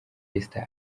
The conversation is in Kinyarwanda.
esther